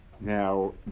Now